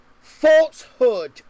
falsehood